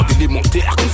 élémentaire